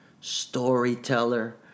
storyteller